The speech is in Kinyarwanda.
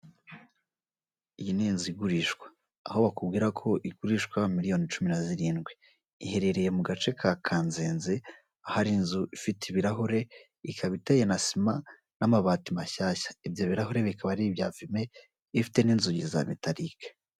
Iyi ni inzu igurishwa aho bakubwira ko igurishwa miliyoni cumi na zirindwi, iherereye mu gace ka Kanzenze ahari inzu ifite ibirahure ikaba iteye na sima n'amabati mashyashya, ibyo birarahure bikaba ari ibya fime ifite n'inzugi za metalike.